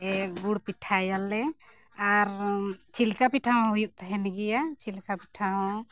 ᱜᱩᱲ ᱯᱤᱴᱷᱟᱹᱭᱟᱞᱮ ᱟᱨ ᱪᱤᱞᱠᱟ ᱯᱤᱴᱷᱟᱹ ᱦᱚᱸ ᱦᱩᱭᱩᱜ ᱛᱟᱦᱮᱱ ᱜᱮᱭᱟ ᱪᱤᱞᱠᱟ ᱯᱤᱴᱷᱟᱹ ᱦᱚᱸ